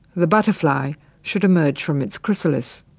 the butterfly should emerge from its chrysalis,